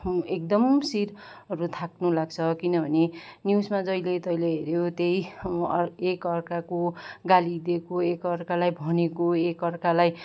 एकदम सिरहरू थाक्नु लाग्छ किनभने न्युजमा जहिले तहिले हेऱ्यो त्यही अर एकअर्काको गाली दिएको एकअर्कालाई भनेको एकअर्कालाई